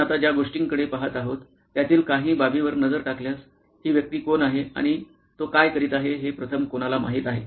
आपण आता ज्या गोष्टींकडे पहात आहोत त्यातील काही बाबींवर नजर टाकल्यास ही व्यक्ती कोण आहे आणि तो काय करीत आहे हे प्रथम कोणाला माहित आहे